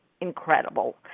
incredible